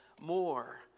more